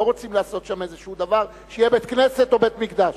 לא רוצים לעשות שם דבר כלשהו שיהיה בית-כנסת או בית-מקדש.